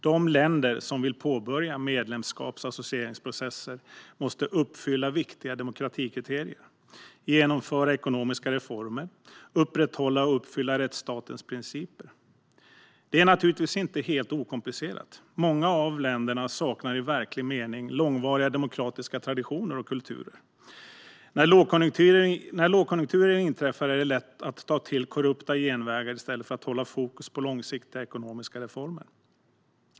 De länder som vill påbörja medlemskaps och associeringsprocesser måste uppfylla viktiga demokratikriterier, genomföra ekonomiska reformer, upprätthålla och uppfylla rättsstatens principer. Det är naturligtvis inte helt okomplicerat. Många av länderna saknar i verklig mening långvariga demokratiska traditioner och kulturer. När lågkonjunktur inträffar är det lätt att ta till korrupta genvägar i stället för att hålla fokus på långsiktiga ekonomiska reformer.